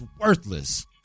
worthless